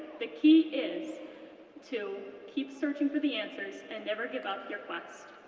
the key is to keep searching for the answers and never give up your quest.